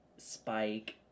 Spike